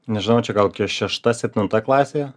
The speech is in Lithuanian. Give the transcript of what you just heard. nežinau čia gal šešta septinta klasė